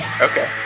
okay